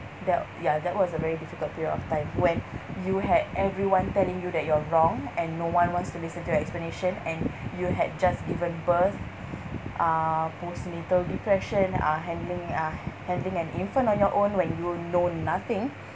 that ya that was a very difficult period of time when you had everyone telling you that you're wrong and no one wants to listen to your explanation and you had just given birth uh postnatal depression uh handling uh handling an infant on your own when you know know nothing